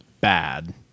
bad